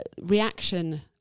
reaction